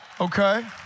Okay